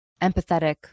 empathetic